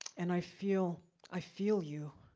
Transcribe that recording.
and i feel i feel you.